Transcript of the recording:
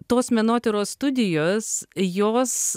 tos menotyros studijos jos